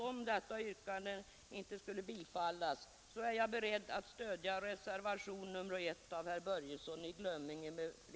Om detta yrkande inte bifalles, är jag beredd att stödja reservationen 1 av herr Börjesson i Glömminge m, fl,